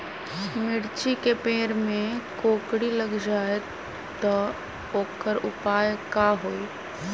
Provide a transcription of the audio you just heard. मिर्ची के पेड़ में कोकरी लग जाये त वोकर उपाय का होई?